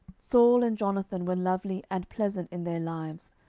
saul and jonathan were lovely and pleasant in their lives,